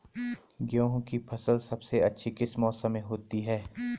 गेहूँ की फसल सबसे अच्छी किस मौसम में होती है